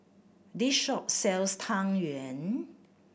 this shop sells Tang Yuen